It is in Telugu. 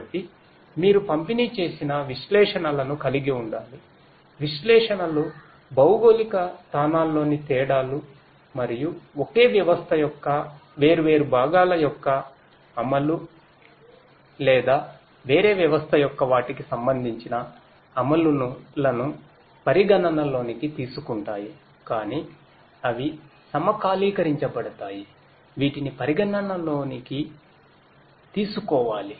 కాబట్టి మీరు పంపిణీ చేసిన విశ్లేషణలను కలిగి ఉండాలివిశ్లేషణలు భౌగోళిక స్థానాల్లోని తేడాలు మరియు ఒకే వ్యవస్థ యొక్క వేర్వేరు భాగాల యొక్క అమలు లేదా వేరే వ్యవస్థ యొక్క వాటికి సంబంధించిన అమలులను పరిగణనలోకి తీసుకుంటాయి కాని అవి సమకాలీకరించబడతాయి వీటిని పరిగణనలోకి తీసుకోవాలి